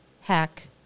hack